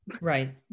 right